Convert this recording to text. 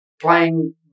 playing